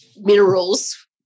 minerals